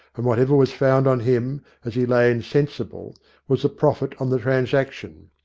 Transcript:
and whatever was found on him as he lay insensible was the profit on the transaction.